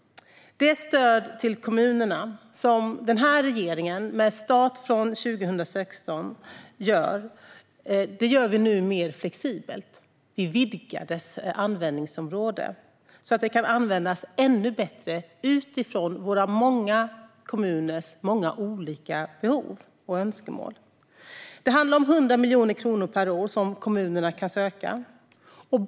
Det stöd till kommunerna som denna regering, med start från 2016, ger görs nu mer flexibelt. Vi vidgar dess användningsområde, så att det kan användas ännu bättre utifrån våra många kommuners många olika behov och önskemål. Det handlar om 100 miljoner kronor per år som kommunerna kan söka.